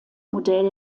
modell